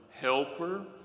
helper